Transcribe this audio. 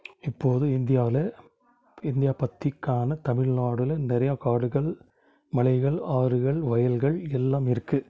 இப்போது இந்தியாவில் இந்தியா பற்றி காண தமிழ்நாடில் நிறையா காடுகள் மலைகள் ஆறுகள் வயல்கள் எல்லாம் இருக்கு